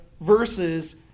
Versus